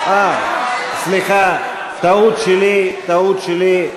סליחה, טעות שלי.